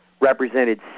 represented